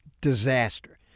disaster